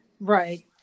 Right